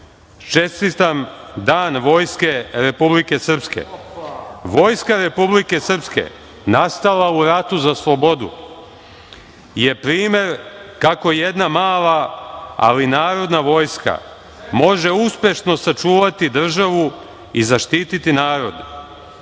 čestitam Dan vojske Republike Srpske. Vojska Republike Srpske, nastala u ratu za slobodu, je primer kako jedna mala, ali narodna vojska, može uspešno sačuvati državu i zaštiti narod.